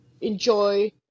enjoy